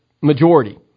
majority